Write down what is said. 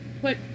put